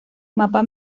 mapa